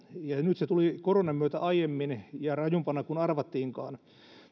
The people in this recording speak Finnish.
ja nyt se tuli koronan myötä aiemmin ja rajumpana kuin arvattiinkaan